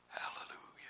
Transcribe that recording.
hallelujah